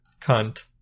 cunt